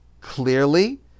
clearly